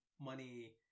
money